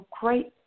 great